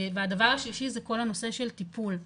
והדבר השלישי זה כל הנושא של טיפול,